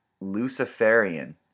Luciferian